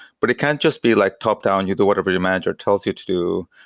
but it can't just be like top-down you do whatever your manager tells you to do.